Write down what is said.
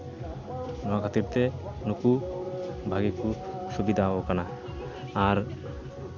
ᱱᱚᱣᱟ ᱠᱷᱟᱹᱛᱤᱨ ᱛᱮ ᱱᱩᱠᱩ ᱵᱷᱟᱜᱮ ᱠᱚ ᱥᱩᱵᱤᱫᱟᱣ ᱠᱟᱱᱟ ᱟᱨ